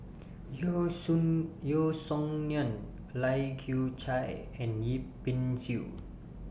Yeo Song Yeo Song Nian Lai Kew Chai and Yip Pin Xiu